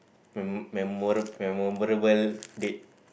me~ memora~ memorable date